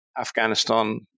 Afghanistan